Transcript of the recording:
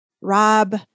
Rob